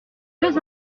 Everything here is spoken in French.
deux